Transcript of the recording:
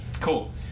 Cool